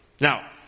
Now